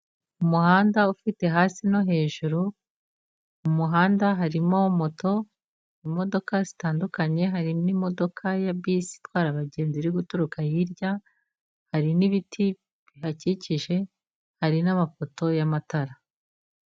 Umuhanda ufite hasi no hejuru, umuhanda harimo moto, imodoka zitandukanye, harimo imodoka ya bisi itwara abagenzi, iri guturuka hirya, hari n'ibiti bihakikije, hari n'amafoto y'amatara.